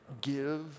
give